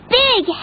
big